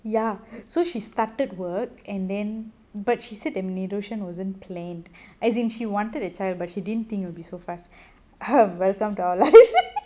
ya so she started work and then but she said I'm the tuition wasn't planned as in she wanted a child but she didn't think it'll be so fast welcome to our lives